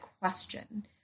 question